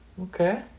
okay